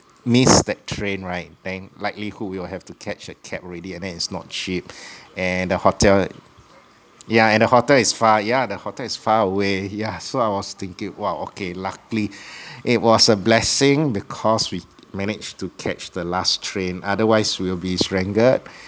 miss that train right then likelihood we will have to catch a cab already and then it's not cheap and the hotel yeah and the hotel is far yeah the hotel is far away yeah so I was thinking !wow! okay luckily it was a blessing because we managed to catch the last train otherwise we will be stranded